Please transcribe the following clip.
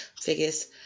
Figures